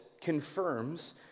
confirms